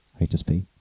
HSP